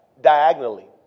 diagonally